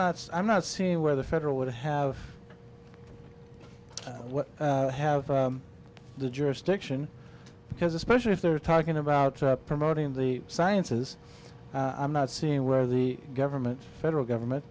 not i'm not seeing where the federal would have what have the jurisdiction because especially if they're talking about promoting the sciences i'm not seeing where the government federal government